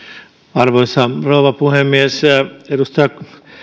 arvoisa rouva puhemies edustaja